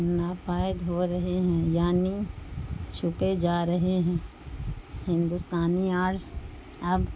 ناپید ہو رہے ہیں یعنی چھپے جا رہے ہیں ہندوستانی آرٹس اب